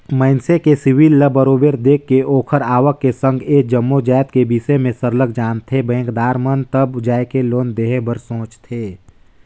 मइनसे के सिविल ल बरोबर देख के ओखर आवक के संघ ए जम्मो जाएत के बिसे में सरलग जानथें बेंकदार मन तब जाएके लोन देहे बर सोंचथे